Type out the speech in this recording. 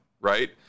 right